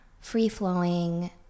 free-flowing